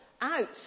out